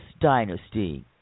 dynasty